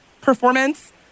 performance